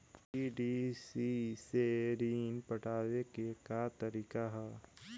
PDC से ऋण पटावे के का तरीका ह?